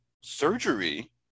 surgery